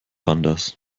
anders